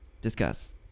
Discuss